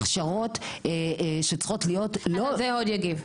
הכשרות שצריכות להיות --- על זה הוד יגיב.